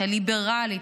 הליברלית,